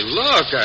look